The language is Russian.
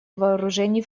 вооружений